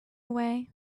away